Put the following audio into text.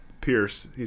Pierce